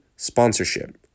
Sponsorship